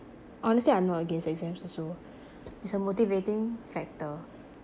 honestly I'm not against exams also it's a motivating factor